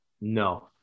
No